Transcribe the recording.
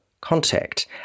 Contact